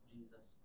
Jesus